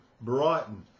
Brighton